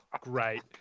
great